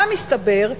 מה מסתבר?